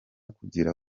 kugira